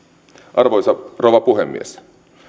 arvoisa rouva puhemies